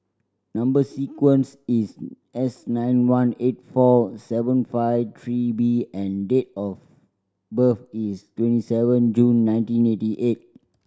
number sequence is S nine one eight four seven five three B and date of birth is twenty seven June nineteen eighty eight